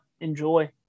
enjoy